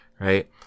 right